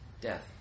death